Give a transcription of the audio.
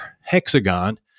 Hexagon